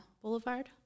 Boulevard